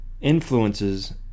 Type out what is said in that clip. influences